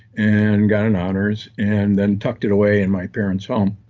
and got an honors, and then tucked it away in my parent's home.